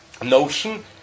Notion